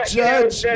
judge